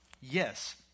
Yes